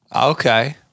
Okay